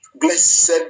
Blessed